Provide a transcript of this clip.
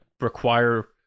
require